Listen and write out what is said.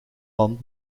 landen